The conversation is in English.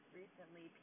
recently